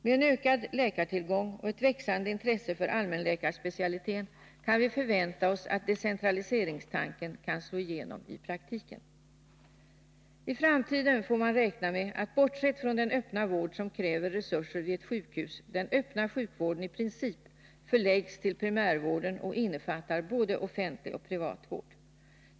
Med en ökad läkartillgång och ett växande intresse för allmänläkarspecialiteten kan vi förvänta oss att decentraliseringstanken kan slå igenom i praktiken. I framtiden får man räkna med att, bortsett från den öppna vård som kräver resurserna vid ett sjukhus, den öppna sjukvården i princip förläggs till primärvården och innefattar både offentlig och privat vård.